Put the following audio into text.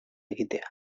egitea